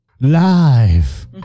live